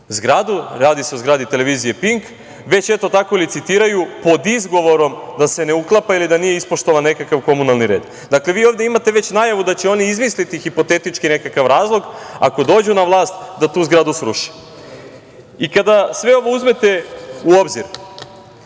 zgradu, radi se o zgradi televizije „Pink“, već eto tako licitiraju pod izgovorom da se ne uklapa ili da nije ispoštovan nekakav komunalni red. Dakle, vi ovde imate već najavu da će oni izmisliti hipotetički nekakav razlog, ako dođu na vlast, da tu zgradu sruše.I kada sve ovo uzmete u obzir,